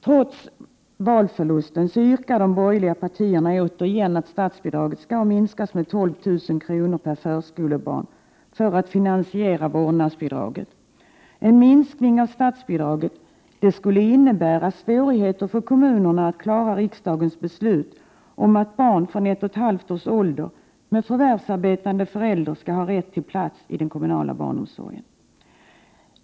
Trots valförlusten yrkar de borgerliga partierna återigen att statsbidraget skall minskas med 12 000 kr. per förskolebarn för att finansiera vårdnadsbidraget. En minskning av statsbidraget skulle innebära svårigheter för kommunerna att klara riksdagens beslut om att barn från ett och ett halvt års ålder med förvärvsarbetande föräldrar skall ha rätt till plats i den kommunala barnomsorgen.